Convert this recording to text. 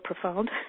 profound